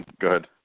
Good